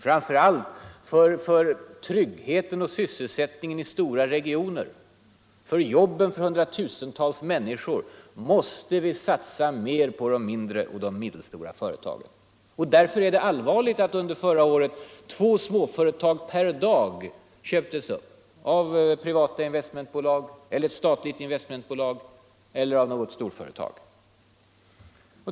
Framför allt för tryggheten och sysselsättningen i stora regioner och för jobben för hundratusentals människor måste vi satsa mer på de mindre och medelstora företagen. Därför är det allvarligt att under förra året två småföretag per dag köptes upp av privata eller statliga investmentbolag eller av något storföretag.